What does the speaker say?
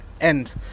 end